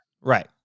right